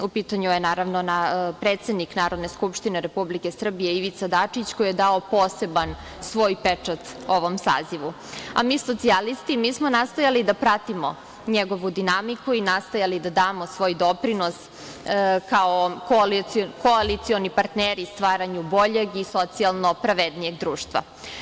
U pitanju je, naravno, predsednik Narodne skupštine Republike Srbije Ivica Dačić, koji je dao poseban svoj pečat ovom sazivu, a mi socijalisti smo nastojali da pratimo njegovu dinamiku i nastojali da damo svoj doprinos kao koalicioni partneri i stvaranje boljeg i socijalno pravednije društva.